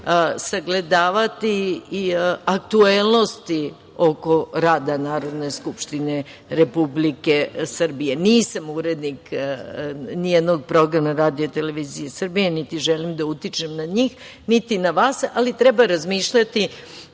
sagledavati aktuelnosti oko rada Narodne skupštine Republike Srbije. Nisam urednik nijednog programa RTS, niti želim da utičem na njih, niti vas, ali treba razmišljati